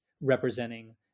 representing